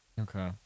okay